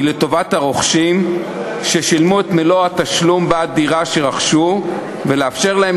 היא לטובת הרוכשים ששילמו את מלוא התשלום בעד דירה שרכשו ולאפשר להם